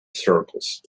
circles